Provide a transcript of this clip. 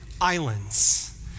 islands